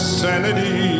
sanity